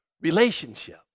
relationship